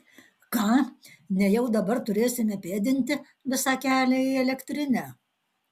ką nejau dabar turėsime pėdinti visą kelią į elektrinę